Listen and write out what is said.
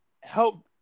help